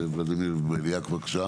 הכנסת ולדימיר בליאק, בבקשה.